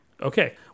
Okay